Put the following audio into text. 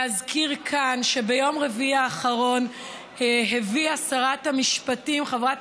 להזכיר כאן שביום רביעי האחרון הביאה שרת המשפטים חברת